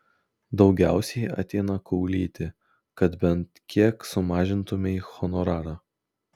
daugiausiai ateina kaulyti kad bent kiek sumažintumei honorarą